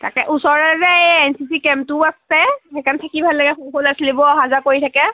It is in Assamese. তাকে ওচৰৰ যে এই এন চি চি কেম্পটোও আছে সেইকাৰণ থাকি ভাল লাগে সৰু সৰু ল'ৰা ছোৱালীবোৰ অহা যােৱা কৰি থাকে